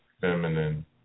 feminine